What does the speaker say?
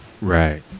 Right